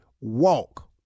walk